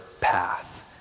path